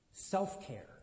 Self-care